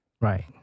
Right